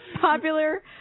popular